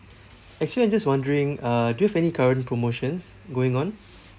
actually I'm just wondering uh do you have any current promotions going on